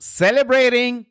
celebrating